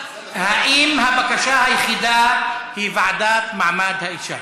האם הבקשה היחידה היא ועדת מעמד האישה?